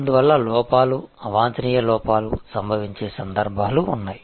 అందువల్ల లోపాలు అవాంఛనీయ లోపాలు సంభవించే సందర్భాలు ఉన్నాయి